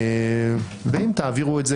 גם תעבירו את זה,